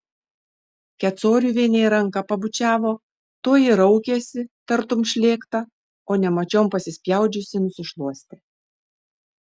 kecoriuvienei ranką pabučiavo toji raukėsi tartum šlėkta o nemačiom pasispjaudžiusi nusišluostė